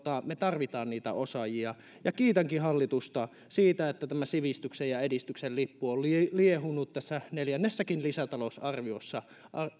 me tarvitsemme niitä osaajia ja kiitänkin hallitusta siitä että sivistyksen ja edistyksen lippu on liehunut tässä neljännessäkin lisätalousarviossa